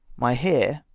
my hair,